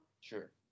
sure